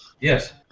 Yes